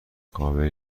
قابلی